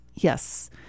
Yes